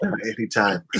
Anytime